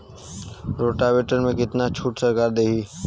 Rotavator में कितना छूट सरकार देही?